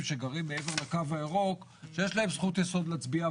שגרים מעבר לקו הירוק שיש להם זכות יסוד להצביע,